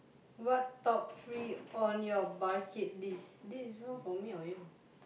what top three on your budget list this is not for me or you